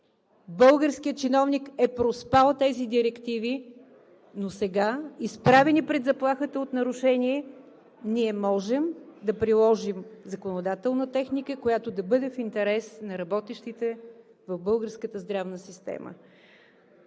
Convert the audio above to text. българският чиновник е проспал тези директиви, но сега, изправени през заплахата от нарушение, ние можем да приложим законодателна техника, която да бъде в интерес на работещите в българската здравна система.